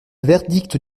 verdict